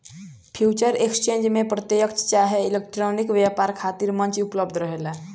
future exchange में प्रत्यकछ चाहे इलेक्ट्रॉनिक व्यापार खातिर मंच उपलब्ध रहेला